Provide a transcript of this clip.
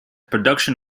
production